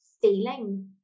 feeling